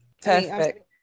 Perfect